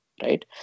right